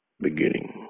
beginning